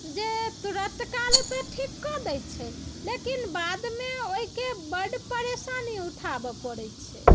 जे तुरत काल तऽ ठीक कऽ दय छै लेकिन बादमे तऽ ओहिके बड परेशानी उठाबऽ छै पड़ैत